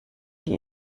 die